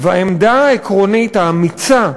העמדה העקרונית האמיצה,